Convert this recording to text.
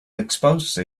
expose